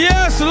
Yes